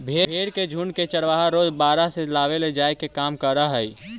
भेंड़ के झुण्ड के चरवाहा रोज बाड़ा से लावेले जाए के काम करऽ हइ